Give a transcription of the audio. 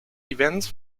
events